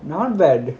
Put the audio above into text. not bad